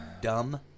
dumb